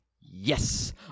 Yes